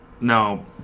No